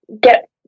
get